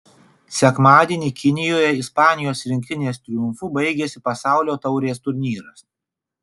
sekmadienį kinijoje ispanijos rinktinės triumfu baigėsi pasaulio taurės turnyras